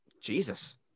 Jesus